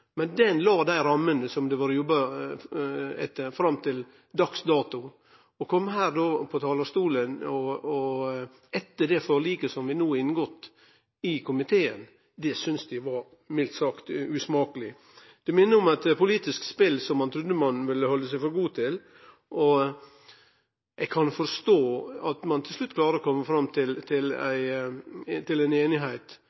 men den la dei rammene som det har vore jobba etter fram til dags dato. Å kome her då på talarstolen og seie det, etter det forliket som vi no har inngått i komiteen, syntest eg mildt sagt var usmakeleg. Det minner om eit politisk spel som eg trudde ein ville halde seg for god til. Eg kan forstå at ein til slutt klarar å kome fram til ei einigheit, men han som har størst grunn til